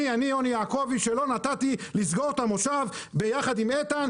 אני יוני יעקובי שלא נתתי לסגור את המושב ביחד עם איתן,